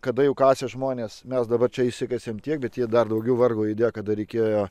kada jau kasė žmonės mes dabar čia išsikasėme tiek bet jie dar daugiau vargo įdėjo kada reikėjo